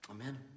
Amen